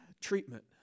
treatment